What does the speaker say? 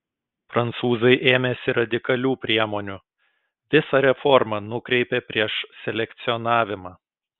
prancūzai ėmėsi radikalių priemonių visą reformą nukreipė prieš selekcionavimą